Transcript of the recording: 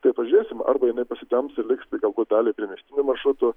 taip pažiūrėsim arba jinai pasitemps ir liks galbūt daliai priemiestinių maršrutų